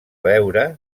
veure